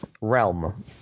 realm